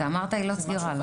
אתה אמרת עילות סגירה, לא?